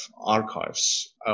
archives